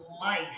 life